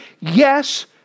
Yes